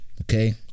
Okay